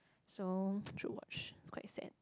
so you should watch it's quite sad